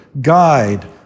guide